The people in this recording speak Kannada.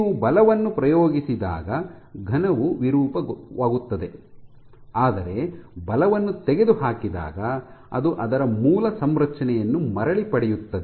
ನೀವು ಬಲವನ್ನು ಪ್ರಯೋಗಿಸಿದಾಗ ಘನವು ವಿರೂಪವಾಗುತ್ತದೆ ಆದರೆ ಬಲವನ್ನು ತೆಗೆದುಹಾಕಿದಾಗ ಅದು ಅದರ ಮೂಲ ಸಂರಚನೆಯನ್ನು ಮರಳಿ ಪಡೆಯುತ್ತದೆ